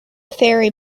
ferry